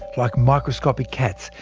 like microscopic cats,